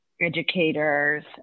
educators